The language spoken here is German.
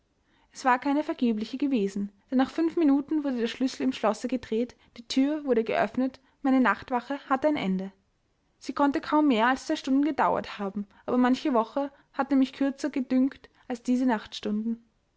es war keine vergebliche gewesen denn nach fünf minuten wurde der schlüssel im schlosse gedreht die thür wurde geöffnet meine nachtwache hatte ein ende sie konnte kaum mehr als zwei stunden gedauert haben aber manche woche hatte mich kürzer gedünkt als diese nachtstunden